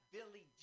Billy